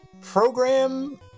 program